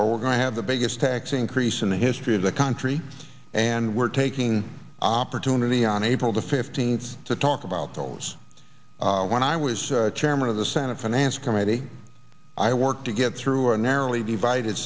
or we're going to have the biggest tax increase in the history of the country and we're taking opportunity on april the fifteen's to talk about those when i was chairman of the senate finance committee i work to get through our narrowly divided